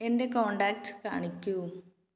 എന്റെ കോണ്ടാക്ട്സ് കാണിക്കൂ